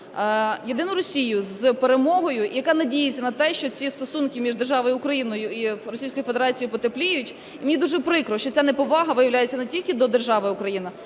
"Єдину Росію" з перемогою, яка надіється на те, що ці стосунки між державою Україна і Російською Федерацією потепліють. І мені дуже прикро, що ця неповага виявляється не тільки до держави Україна,